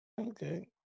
Okay